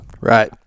Right